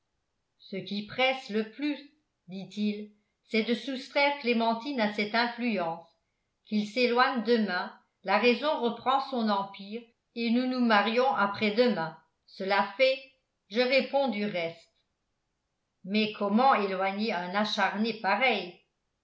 ce qui presse le plus dit-il c'est de soustraire clémentine à cette influence qu'il s'éloigne demain la raison reprend son empire et nous nous marions après-demain cela fait je réponds du reste mais comment éloigner un acharné pareil